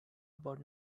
about